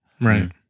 Right